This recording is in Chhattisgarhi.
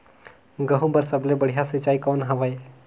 गहूं बर सबले बढ़िया सिंचाई कौन हवय?